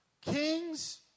King's